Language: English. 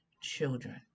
children